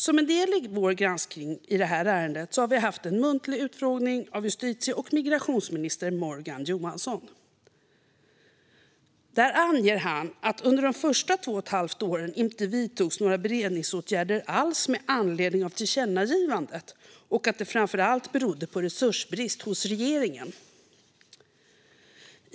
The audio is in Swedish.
Som en del i vår granskning av det här ärendet hade vi en muntlig utfrågning av justitie och migrationsminister Morgan Johansson. Då angav han att det under de första två och ett halvt åren inte vidtogs några beredningsåtgärder alls med anledning av tillkännagivandet och att det framför allt berodde på resursbrist hos regeringen.